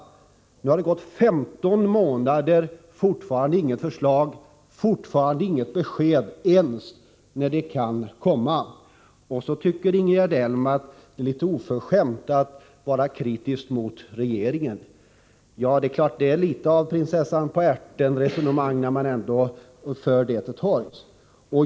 Nu har det gått 15 månader, och fortfarande har vi inte fått något förslag. Vi har inte ens fått besked om när ett förslag kan komma. Vidare anser Ingegerd Elm att det är litet oförskämt att vara kritisk mot regeringen. Det är något av ett prinsessan-på-ärten-resonemang.